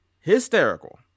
hysterical